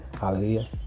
hallelujah